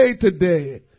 today